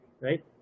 right